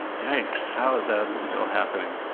yikes! how's that still happening?